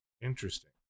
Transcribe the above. Interesting